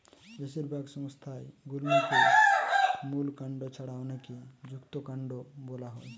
বেশিরভাগ সংজ্ঞায় গুল্মকে মূল কাণ্ড ছাড়া অনেকে যুক্তকান্ড বোলা হয়